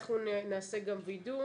אנחנו נעשה גם וידוא.